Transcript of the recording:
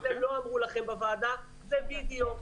זה לא אמרו לכם בוועדה זה וידאו.